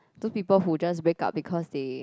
those people who just break up because they